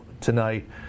tonight